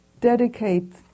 dedicate